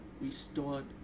restored